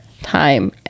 time